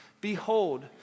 Behold